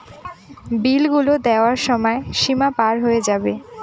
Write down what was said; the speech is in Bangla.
বিল গুলো দেওয়ার সময় সীমা পার হয়ে যাবে